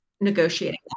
negotiating